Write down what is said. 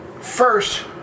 first